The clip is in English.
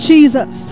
Jesus